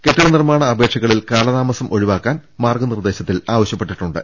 കെട്ടിട നിർമ്മാണ അപേ ക്ഷകളിൽ കാലതാമസം ഒഴിവാക്കാൻ മാർഗ നിർദേശത്തിൽ ആവ ശ്യപ്പെട്ടിട്ടുണ്ട്